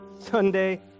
Sunday